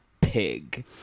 pig